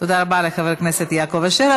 תודה רבה לחבר הכנסת יעקב אשר.